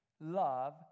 love